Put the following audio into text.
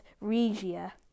Regia